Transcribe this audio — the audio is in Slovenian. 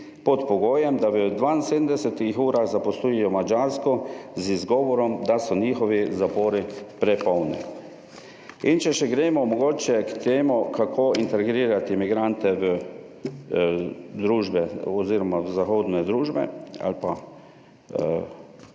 pod pogojem, da v 72 urah zaposlujejo Madžarsko z izgovorom, da so njihovi zapori prepolni. In če še gremo mogoče k temu kako integrirati migrante v družbe, oz. v zahodne družbe ali pa evropske